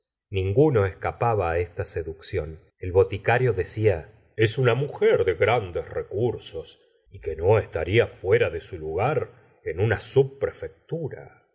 ninguno escapaba á esta seducción el boticario decía es una mujer de grandes recursos y que no estaría fuera de su lugar en una